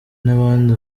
n’abandi